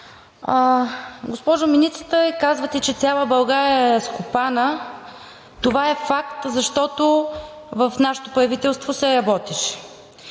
Госпожо Министър, казвате, че цяла България и разкопана. Това е факт, защото в нашето правителство се работеше.